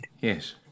Yes